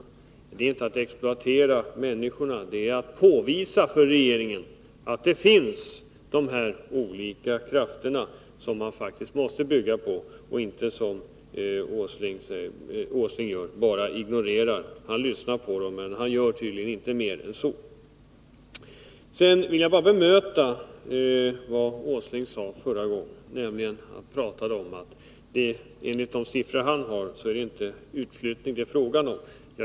Det är inte att exploatera människorna, det är att påvisa för regeringen att dessa olika krafter finns, som man faktiskt måste bygga på och inte ignorera, som Nils Åsling gör. Han lyssnar på dem, men han gör tydligen inte mer än så. Sedan vill jag bara bemöta Nils Åsling, när han sade att det enligt de siffror han har inte är fråga om utflyttning.